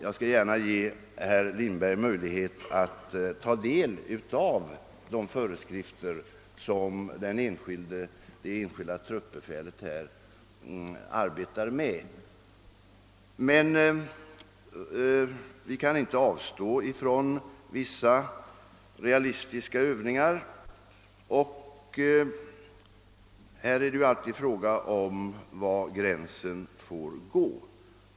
Jag skall gärna ge herr Lindberg möjlighet att ta del av de föreskrifter som det enskilda truppbefälet där arbetar med. Vi kan emellertid inte avstå från vissa realistiska övningar, och då uppstår frågar var gränsen bör dras.